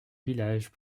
village